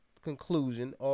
conclusion